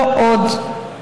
לא עוד.